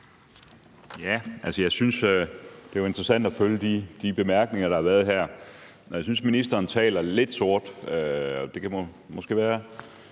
(DF): Jeg synes, det er interessant at følge de bemærkninger, der har været her. Jeg synes, at ministeren taler lidt sort. Det kan måske være,